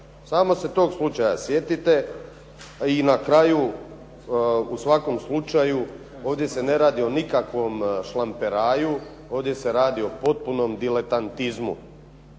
Samo se tog slučaja sjetite. I na kraju u svakom slučaju ovdje se ne radi o nikakvom šlamperaju, ovdje se radi o potpunom diletantizmu